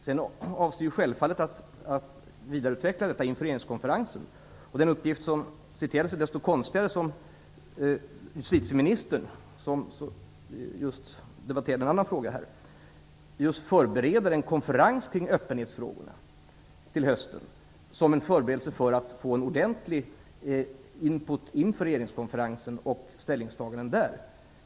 Sedan avser vi självfallet att vidareutveckla detta inför regeringskonferensen. Den uppgift som citerades är ännu konstigare eftersom justitieministern, som just debatterat en annan fråga här, nu förbereder en konferens kring öppenhetsfrågorna till hösten. Den skall vara en förberedelse för att få en ordentlig input inför regeringskonferensen och ställningstagandena där.